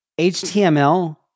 HTML